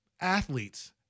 athletes –